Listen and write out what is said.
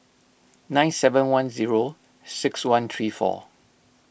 nine seven one zero six one three four